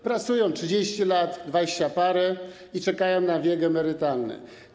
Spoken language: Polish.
Pracują 30 lat, dwadzieścia parę i czekają na wiek emerytalny.